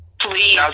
Please